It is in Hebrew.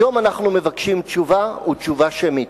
היום אנחנו מבקשים תשובה, ותשובה שמית.